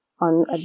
on